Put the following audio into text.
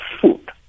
food